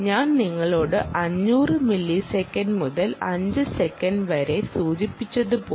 ഞാൻ നിങ്ങളോട് 500 മില്ലിസെക്കൻഡ് മുതൽ 5 സെക്കൻഡ് വരെ സൂചിപ്പിച്ചതുപോലെ